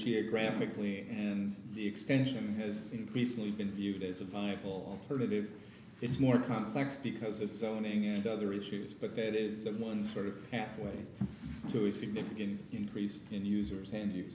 geographically the extension has increasingly been viewed as a viable alternative it's more complex because if zoning and other issues but that is the one sort of half way to a significant increase in users hand